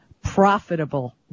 profitable